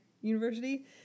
university